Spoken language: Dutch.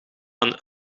een